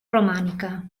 romànica